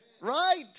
Right